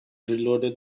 reloaded